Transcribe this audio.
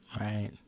Right